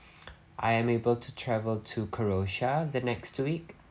I am able to travel to croatia the next two week